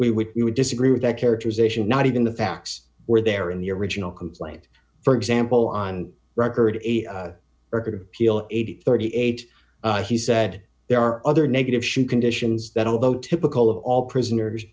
we would you would disagree with that characterization not even the facts were there in the original complaint for example on record or to peel a thirty eight he said there are other negative shoe conditions that although typical of all prisoners